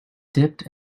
dipped